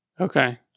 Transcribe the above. Okay